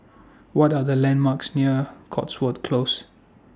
What Are The landmarks near Cotswold Close